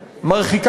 חברות,